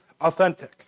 authentic